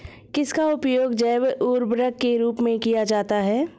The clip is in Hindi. किसका उपयोग जैव उर्वरक के रूप में किया जाता है?